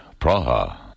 Praha